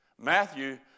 Matthew